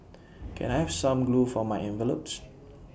can I have some glue for my envelopes